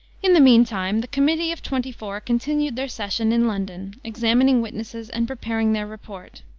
in the mean time, the committee of twenty-four continued their session in london, examining witnesses and preparing their report.